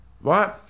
right